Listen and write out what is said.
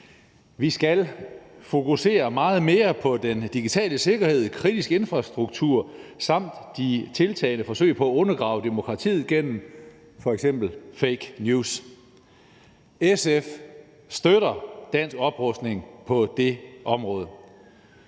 Vi skal fokusere meget mere på den digitale sikkerhed, kritiske infrastruktur samt det tiltagende antal forsøg på at undergrave demokratiet gennem f.eks. fake news. SF støtter dansk oprustning på det område.